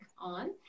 on